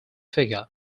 figure